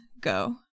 go